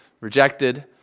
rejected